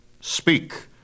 speak